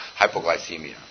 hypoglycemia